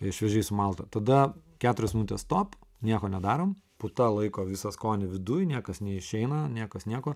į šviežiai sumaltą tada keturias minutes stop nieko nedarom puta laiko visą skonį viduj niekas neišeina niekas nieko